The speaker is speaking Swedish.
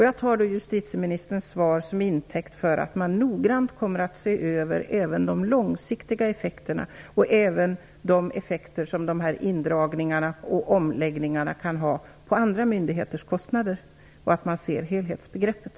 Jag tar justitieministerns svar som intäkt för att man noggrant kommer att se över även de långsiktiga effekterna och även de effekter som de här indragningarna och omläggningarna kan få på andra myndigheters kostnader samt att man skall se till helheten.